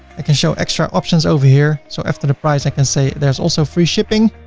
i can show extra options over here. so after the price i can say there's also free shipping,